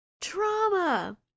trauma